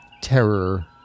terror